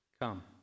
Come